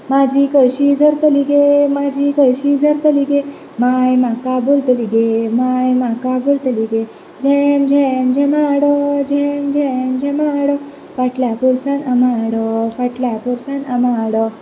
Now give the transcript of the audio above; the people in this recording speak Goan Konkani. म्हाजी कळशी झरतली गे म्हाजी कळशी झरतली गे मांय म्हाका बोलतली गे मांय म्हाका बोलतली गे झेम झेम झेमाडो झेम झेम झेमाडो फाटल्या पोरसांत आंबाडो फाटल्या पोरसांत आंबाडो